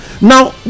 now